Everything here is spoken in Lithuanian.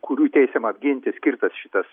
kurių teisėm apginti skirtas šitas